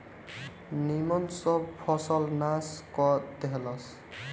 निमन सब फसल नाश क देहलस